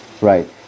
Right